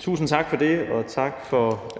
Tusind tak for det, og tak for